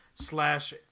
slash